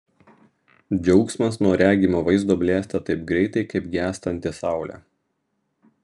džiaugsmas nuo regimo vaizdo blėsta taip greitai kaip gęstanti saulė